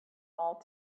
all